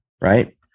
right